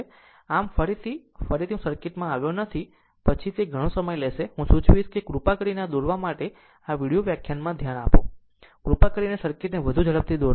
આમ ફરીથી અને ફરીથી હું સર્કિટમાં આવ્યો નથી પછી તે ઘણો સમય લેશે હું સૂચવીશ કે કૃપા કરીને આ દોરવા જ્યારે આ વિડિઓ વ્યાખ્યાનમાં ધ્યાન આપો કૃપા કરીને સર્કિટને વધુ ઝડપથી દોરો